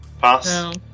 pass